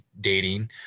dating